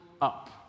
up